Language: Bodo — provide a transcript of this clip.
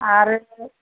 आरो